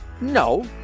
No